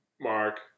Mark